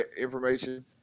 information